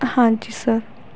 ਹਾਂਜੀ ਸਰ